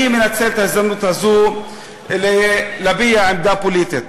אני מנצל את ההזדמנות הזו להביע עמדה פוליטית.